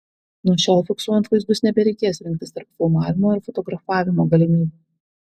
nuo šiol fiksuojant vaizdus nebereikės rinktis tarp filmavimo ir fotografavimo galimybių